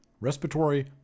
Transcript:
Respiratory